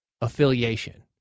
affiliation